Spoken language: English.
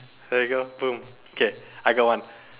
there you go boom okay I got one